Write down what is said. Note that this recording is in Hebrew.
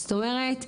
זאת אומרת,